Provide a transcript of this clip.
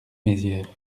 mézières